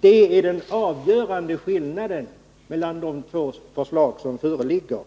Det är den avgörande skillnaden mellan de två förslag som föreligger.